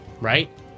right